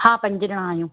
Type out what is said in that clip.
हा पंज ॼणा आहियूं